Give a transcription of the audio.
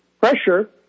pressure